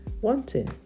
wanting